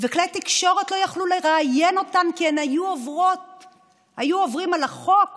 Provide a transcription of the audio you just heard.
וכלי תקשורת לא יכלו לראיין אותן כי הם היו עוברים על החוק